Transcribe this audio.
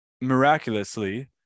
miraculously